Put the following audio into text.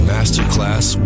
Masterclass